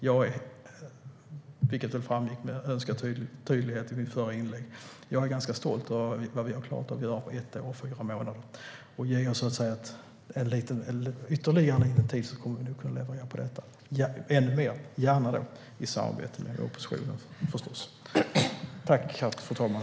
Jag är, vilket väl framgick tydligt i mitt förra inlägg, ganska stolt över vad vi har klarat av att göra på ett år och fyra månader. Ge oss ytterligare lite tid så kommer vi att kunna leverera ännu mer när det gäller detta, gärna i samarbete med oppositionen.